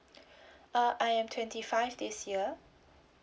uh I am twenty five this year